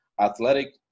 Athletic